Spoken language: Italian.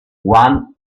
juan